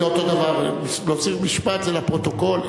זה אותו דבר, להוסיף משפט, זה לפרוטוקול.